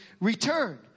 return